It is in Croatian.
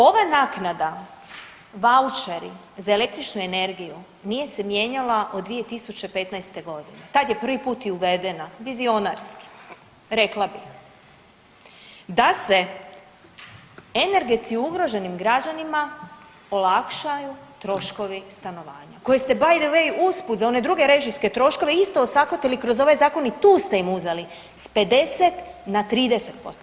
Ova naknada vaučeri za električnu energiju nije se mijenjala od 2015., tada je prvi put i uvedena vizionarski rekla bih, da se energetski ugroženim građanima olakšaju troškovi stanovanja koje ste btw usput za one druge režijske troškove isto osakatili kroz ovaj zakon i tu ste im uzeli s 50 na 30%